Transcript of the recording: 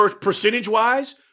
percentage-wise